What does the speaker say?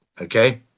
Okay